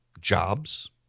jobs